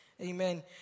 Amen